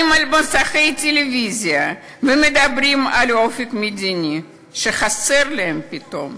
וממסכי טלוויזיה מדברים על אופק מדיני שחסר להם פתאום.